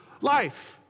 life